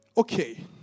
Okay